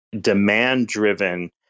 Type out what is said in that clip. demand-driven